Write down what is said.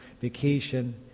vacation